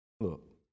Look